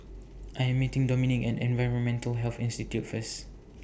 I Am meeting Dominik At Environmental Health Institute First